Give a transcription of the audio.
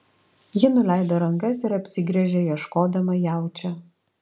ji nuleido rankas ir apsigręžė ieškodama jaučio